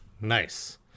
Nice